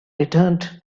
returned